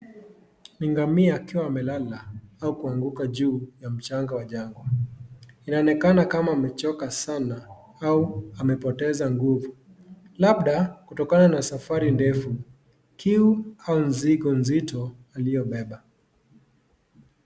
Ni ngamia akiwa amelala au kuanguka juu ya mchanga wa jangwa, inaonekana kama amechoka sana au amepoteza nguvu labda kutokana na safari ndefu, kiu, au mzigo nzito aliobeba.